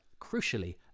crucially